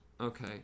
okay